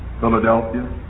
Philadelphia